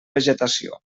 vegetació